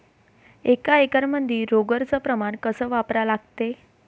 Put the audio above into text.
एक एकरमंदी रोगर च प्रमान कस वापरा लागते?